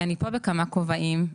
אני פה בכמה כובעים.